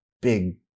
big